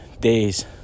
days